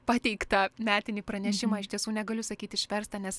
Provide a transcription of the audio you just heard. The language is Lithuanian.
pateiktą metinį pranešimą iš tiesų negaliu sakyt išverstą nes